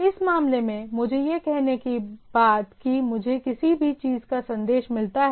इस मामले में मुझे यह करने के बाद कि मुझे किसी चीज़ का संदेश मिलता है